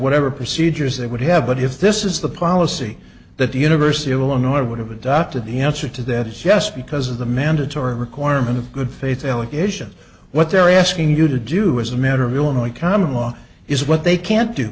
whatever procedures they would have but if this is the policy that the university of illinois would have adopted the answer to that is yes because of the mandatory requirement of good faith allegation what they're asking you to do as a matter of illinois common law is what they can't do